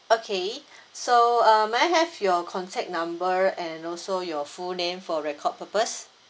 okay so uh may I have your contact number and also your full name for record purpose